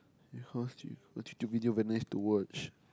bacuase your YouTube video very nice to watch